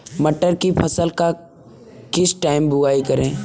मटर की फसल का किस टाइम बुवाई करें?